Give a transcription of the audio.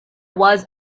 was